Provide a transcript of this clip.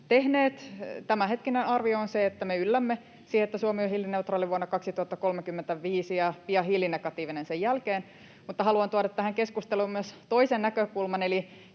Tämänhetkinen arvio on se, että me yllämme siihen, että Suomi on hiilineutraali vuonna 2035 ja hiilinegatiivinen sen jälkeen. Mutta haluan tuoda tähän keskusteluun myös toisen näkökulman